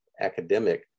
academic